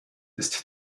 ist